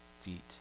feet